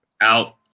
out